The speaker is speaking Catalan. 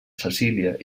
cecília